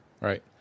right